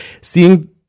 seeing